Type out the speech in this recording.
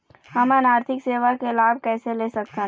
हमन आरथिक सेवा के लाभ कैसे ले सकथन?